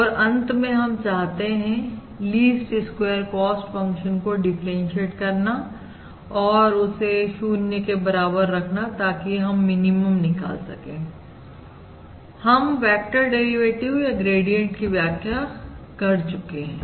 और अंत में हम चाहते हैं लीस्ट स्क्वेयर कॉस्ट फंक्शन को डिफरेंटशिएट करना और उसे 0 के बराबर रखना ताकि हम मिनिमम निकाल सकें हम वेक्टर डेरिवेटिव या ग्रेडियंट की व्याख्या कर चुके हैं